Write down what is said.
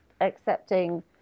accepting